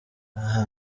aha